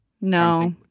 No